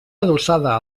adossada